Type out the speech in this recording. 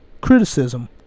Criticism